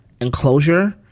enclosure